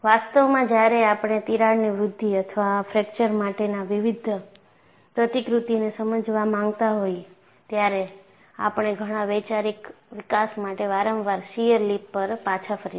વાસ્તવમાં જ્યારે આપણે તિરાડની વૃદ્ધિ અથવા ફ્રેક્ચર માટેના વિવિધ પ્રતિકૃતિને સમજવા માંગતા હોઈ ત્યારે આપણે ઘણા વૈચારિક વિકાસ માટે વારંવાર શીયર લિપ પર પાછા ફરીશું